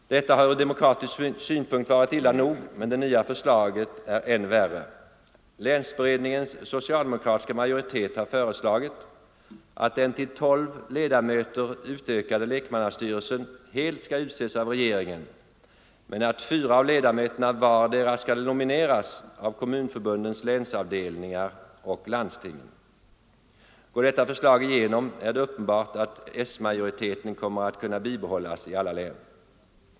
Detta har ur demokratisk synpunkt varit illa nog, men det nya förslaget är än värre. Länsberedningens socialdemokratiska majoritet har föreslagit att den till tolv ledamöter utökade lekmannastyrelsen helt skall utses av regeringen men att fyra av ledamöterna vardera skall nomineras av Kommunförbundets länsavdelningar och landstingen. Om detta förslag går igenom är det uppenbart att s-majoriteten kommer att kunna bibehållas i alla län.